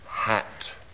Hat